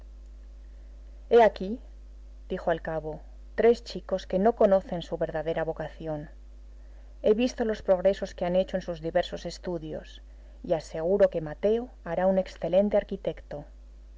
he aquí dijo al cabo tres chicos que no conocen su verdadera vocación he visto los progresos que han hecho en sus diversos estudios y aseguro que mateo hará un excelente arquitecto